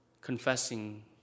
confessing